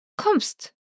Kommst